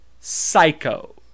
psycho